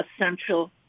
essential